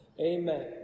Amen